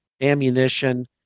ammunition